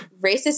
Racist